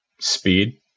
speed